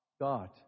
God